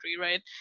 right